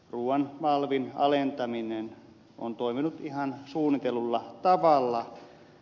ruuan alvin alentaminen on toiminut ihan suunnitellulla tavalla